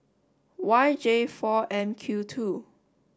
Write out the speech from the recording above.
Y J four M Q two